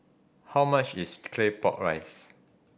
how much is Claypot Rice